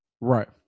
Right